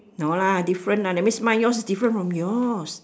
no lah different ah that means mine yours different from yours